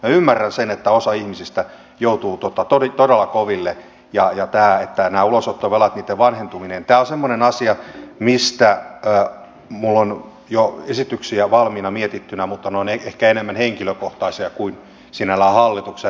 minä ymmärrän sen että osa ihmisistä joutuu todella koville ja näitten ulosottovelkojen vanhentuminen on semmoinen asia mistä minulla on jo esityksiä valmiiksi mietittynä mutta ne ovat ehkä enemmän henkilökohtaisia kuin sinällään hallituksen